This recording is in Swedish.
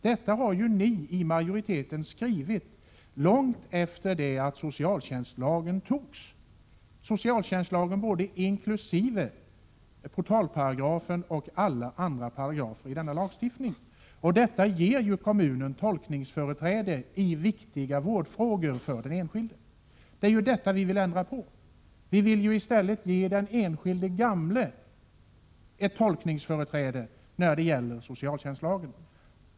Detta har ni i majoriteten skrivit långt efter det att socialtjänstlagen, inkl. portalparagrafen och alla andra paragrafer i denna lagstiftning, antogs. Detta ger kommunen tolkningsföreträde i för den enskilde viktiga vårdfrågor. Det är detta vi vill ändra på. Vi vill i stället ge den enskilde gamle ett tolkningsföreträde när det gäller socialtjänstlagen.